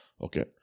Okay